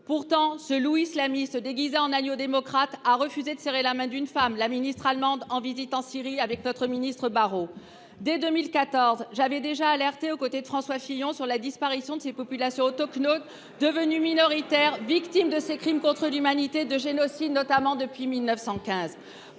Pourtant, ce loup islamiste déguisé en agneau démocrate a refusé de serrer la main d’une femme, la ministre allemande en visite en Syrie avec notre ministre M. Barrot. C’est vrai ! Dès 2014, j’avais déjà alerté, aux côtés de François Fillon, sur la disparition de ces populations autochtones devenues minoritaires, victimes de ces crimes contre l’humanité et de génocide, notamment depuis 1915.